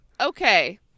Okay